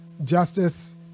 justice